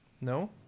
No